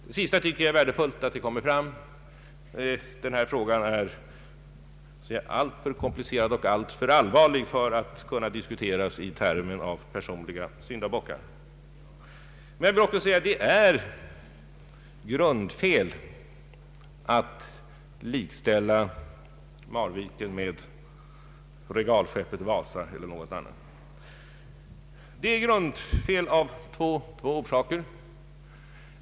Jag tycker att det är vär defullt att detta kommit fram. Den här frågan är alltför komplicerad och alltför allvarlig för att kunna diskuteras i termer sådana som personliga syndabockar. Låt mig säga att det är grundfel att likställa Marviken med regalskeppet Wasa. Det är missvisande av två orsaker.